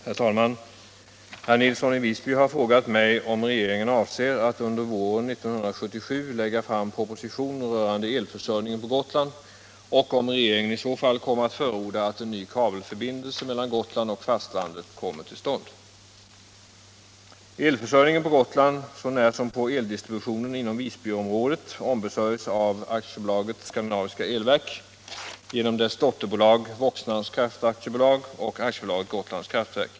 Herr talman! Herr Nilsson i Visby har frågat mig om regeringen avser att under våren 1977 lägga fram proposition rörande elförsörjningen på Gotland och om regeringen i så fall kommer att förorda att en ny kabelförbindelse mellan Gotland och fastlandet kommer till stånd. Elförsörjningen på Gotland, så när som på eldistributionen inom Visbyområdet, ombesörjs av AB Skandinaviska Elverk genom dess dotterbolag Voxnans Kraft AB och AB Gotlands Kraftverk.